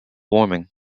warming